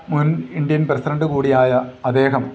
മുൻ Indian president കൂടിയായ അദ്ദേഹം